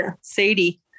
Sadie